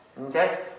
Okay